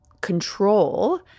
control